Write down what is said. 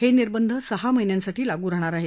हे निर्बंधं सहा महिन्यांसाठी लागू राहणार आहेत